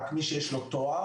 רק מי שיש לו תואר,